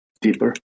deeper